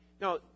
No